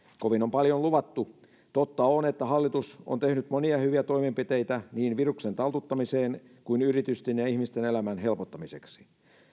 kovin on paljon luvattu totta on että hallitus on tehnyt monia hyviä toimenpiteitä niin viruksen taltuttamiseen kuin yritysten ja ihmisten elämän helpottamiseksi